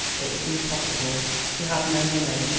it was impossible she had no money,